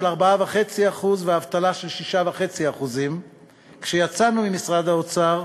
4.5% ואבטלה של 6.5%; כשיצאנו ממשרד האוצר,